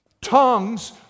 Tongues